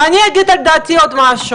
ואני אגיד את דעתי על עוד משהו,